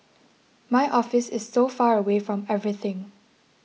my office is so far away from everything